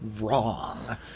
wrong